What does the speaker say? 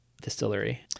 distillery